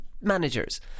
managers